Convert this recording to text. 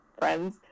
friends